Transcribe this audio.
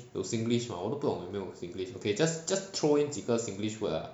有 singlish hor 我都不懂有没有 singlish okay just just throw in 几个 singlish word lah